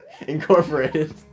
Incorporated